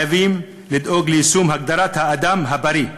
חייבים לדאוג ליישום הגדרת האדם הבריא,